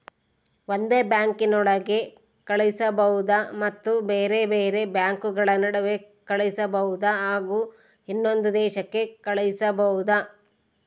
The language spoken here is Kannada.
ಒಂದೇ ಬ್ಯಾಂಕಿನೊಳಗೆ ಕಳಿಸಬಹುದಾ ಮತ್ತು ಬೇರೆ ಬೇರೆ ಬ್ಯಾಂಕುಗಳ ನಡುವೆ ಕಳಿಸಬಹುದಾ ಹಾಗೂ ಇನ್ನೊಂದು ದೇಶಕ್ಕೆ ಕಳಿಸಬಹುದಾ?